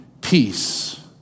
peace